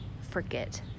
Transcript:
forget